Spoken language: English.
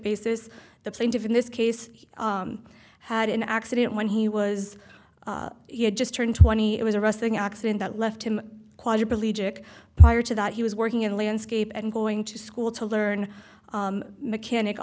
basis the plaintiff in this case had an accident when he was he had just turned twenty it was a resting accident that left him a quadriplegic prior to that he was working at a landscape and going to school to learn mechanic